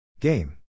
Game